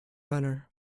runner